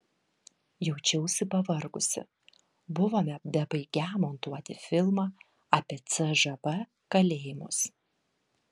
jaučiausi pavargusi buvome bebaigią montuoti filmą apie cžv kalėjimus